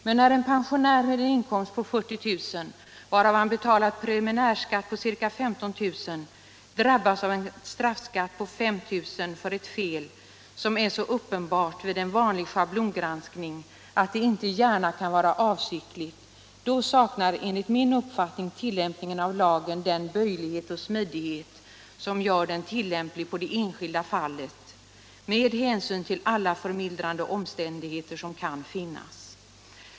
Men när en pensionär med en inkomst på 40 000 kr., varav han betalat preliminär skatt på ca 15 000 kr., drabbas av en straffskatt på 5 000 kr. för ett fel, som är så uppenbart vid en vanlig schablongranskning att det inte gärna kan vara avsiktligt, då saknar enligt min uppfattning tillämpningen av lagen den böjlighet och smidighet som krävs när det gäller det enskilda fallet med hänsyn till alla förmildrande omständigheter som kan finnas.